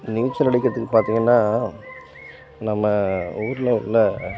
நீச்சல் அடிக்கிறதுக்குப் பார்த்தீங்கன்னா நம்ம ஊர்ல உள்ள